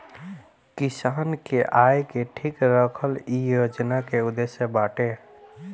किसान के आय के ठीक रखल इ योजना के उद्देश्य बाटे